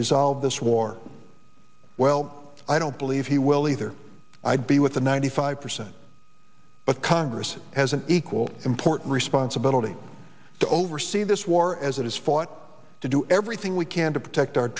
resolve the swore well i don't believe he will either i'd be with the ninety five percent but congress has an equal import responsibility to oversee this war as it is fought to do everything we can to protect our